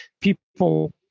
people